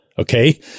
okay